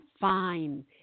fine